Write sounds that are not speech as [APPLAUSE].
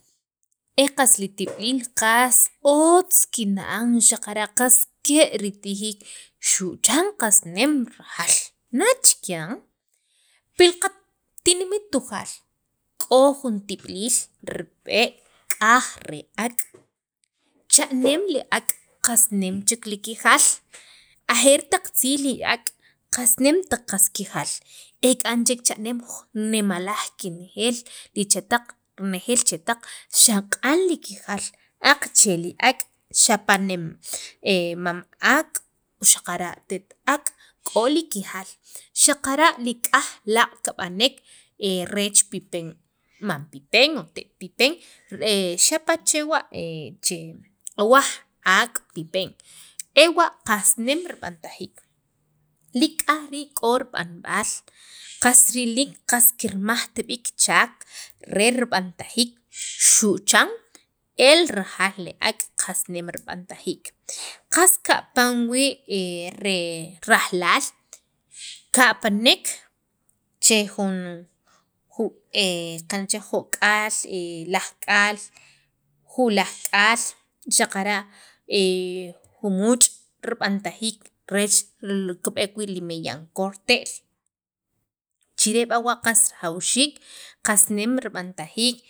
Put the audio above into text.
e qas li tib'iliil qas otz kinna'an xaqara' qas ke' ritijiik xu' chan qas nem rajal nachikyan pil qat qatinimit Tujaal k'o jun tib'iliil rib'e', k'aj re ak' cha'neem li ak' qas nem chek li kijaal, ajeer taq tziij li ak' qast nemt rijaal e k'an chek cha'neem ju nemalaj kenejeel li chetaq renejeel chetaq xaq'an rajal aqache' li ak' xapa' nem [HESITATION] mam ak', xaqara' te't ak' k'o kijaal xaqara' li k'aj laaq' kab'anek reech pipen mam pipen o mam pipen [HESITATION] xapa' chewa' che awaj ak', pipen ewa' qas nem rib'antajiik li k'aj rii' k'o rib'anb'al qas riliik qas kirmajt b'ii chaak re rib'antajiik xu' chan el rajaal le ak' qas nem rib'antajiik qas kapan wii' [HESITATION] re rajlaal [NOISE] kapanek che jun ju' [HESITATION] qana' chiran jo'k'aal lajk'aal, ju'laj k'aal xaqara' [HESITATION] jumuuch' rib'antajiik reech kib'eek wii' li meyan korte'l chire b'awa' rajawxiik qas nem rib'antajiik.